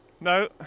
No